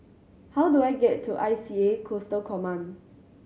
how do I get to I C A Coastal Command